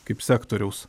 kaip sektoriaus